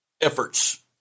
efforts